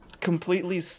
completely